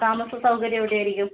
താമസ സൗകര്യം എവിടെ ആയിരിക്കും